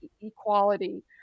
equality